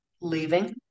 leaving